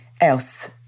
else